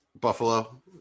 Buffalo